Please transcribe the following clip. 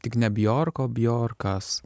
tik ne bjork o bjorkas